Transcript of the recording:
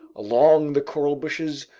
along the coral bushes,